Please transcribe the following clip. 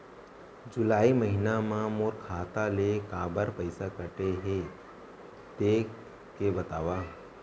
जुलाई महीना मा मोर खाता ले काबर पइसा कटे हे, देख के बतावव?